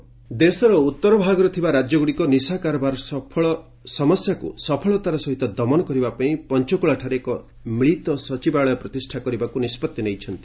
drugs meeting ଦେଶର ଉତ୍ତର ଭାଗରେ ଥିବା ରାଜ୍ୟଗୁଡ଼ିକ ନିଶା କାରବାର ସମସ୍ୟାକୁ ସଫଳତାର ସହିତ ଦମନ କରିବା ପାଇଁ ପଞ୍ଚକୁଳାଠାରେ ଏକ ମିଳିତ ସଚିବାଳୟ ପ୍ରତିଷ୍ଠା କରିବାକୁ ନିଷ୍ପଭି ନେଇଛନ୍ତି